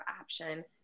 option